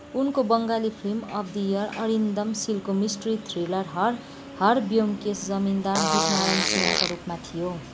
उनको Bengali film of the year Arindam सिलको mystery thriller Har Har Byomkesh जमिनदार दीपनारायण सिंहका रूपमा थियो